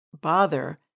bother